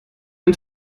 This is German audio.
ein